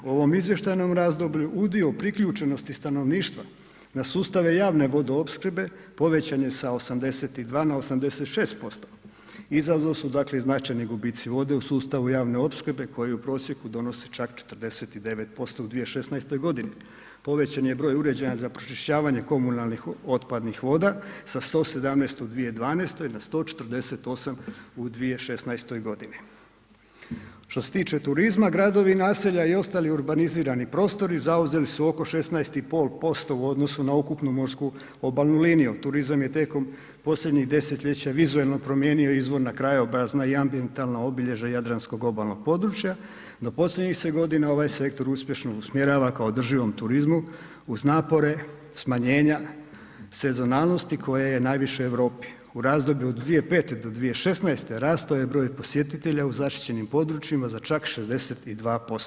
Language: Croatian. U ovom izvještajnom razdoblju udio priključenosti stanovništva na sustave javne vodoopskrbe povećan je sa 82 na 86%, izazov su dakle i značajni gubici vode u sustavu javne opskrbe koji u prosjeku donose čak 49% u 2016.g., povećan je i broj uređaja za pročišćavanje komunalnih otpadnih voda sa 117 u 2012. na 148 u 2016.g. Što se tiče turizma, gradovi, naselja i ostali urbanizirani prostori zauzeli su oko 16,5% u odnosu na ukupnu morsku obalnu liniju, turizam je tijekom posljednjih desetljeća vizuelno promijenio izvorna krajobrazna i ambijentalna obilježja jadranskog obalnog područja, no posljednjih se godina ovaj sektor uspješno usmjerava kao održivom turizmu uz napore, smanjenja, senzualnosti koje je najviše u Europi, u razdoblju od 2005. do 2016. rasto je broj posjetitelja u zaštićenim područjima za čak 62%